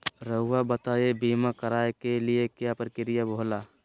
रहुआ बताइं बीमा कराए के क्या प्रक्रिया होला?